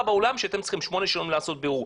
בעולם שאתם צריכים שמונה שנים לעשות בירור.